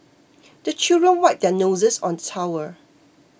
the children wipe their noses on towel